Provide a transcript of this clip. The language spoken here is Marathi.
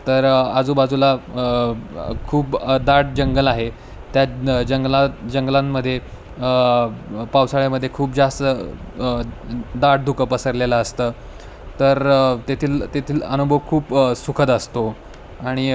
तर आजूबाजूला खूप दाट जंगल आहे त्यात जंगला जंगलांमध्ये पावसाळ्यामध्ये खूप जास्त दाट धुकं पसरलेलं असतं तर तेथील तेथील अनुभव खूप सुखद असतो आणि